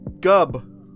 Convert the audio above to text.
Gub